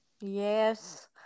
Yes